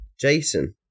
Jason